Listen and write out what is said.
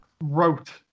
wrote